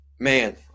Man